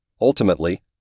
Ultimately